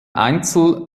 einzel